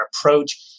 approach